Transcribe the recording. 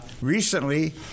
recently